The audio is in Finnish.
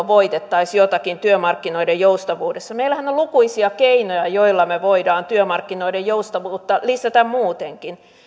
voitettaisiin jotakin työmarkkinoiden joustavuudessa meillähän on lukuisia keinoja joilla me voimme työmarkkinoiden joustavuutta lisätä muutenkin